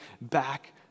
back